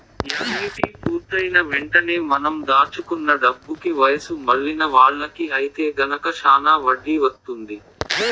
annuity పూర్తయిన వెంటనే మనం దాచుకున్న డబ్బుకి వయసు మళ్ళిన వాళ్ళకి ఐతే గనక శానా వడ్డీ వత్తుంది